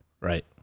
Right